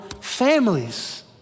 families